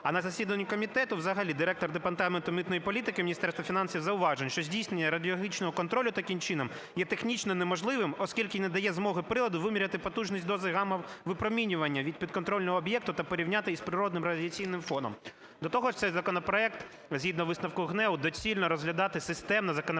А на засіданні комітету взагалі директор департаменту митної політики Міністерства фінансів зауважив, що здійснення радіологічного контролю таким чином є технічно неможливим, оскільки не дає змогу приладу виміряти дозу гама-випромінювання від підконтрольного об'єкту та порівняти із природним радіаційним фоном. До того ж цей законопроект згідно висновку ГНЕУ доцільно розглядати системно із законопроектом